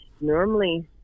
Normally